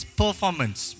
performance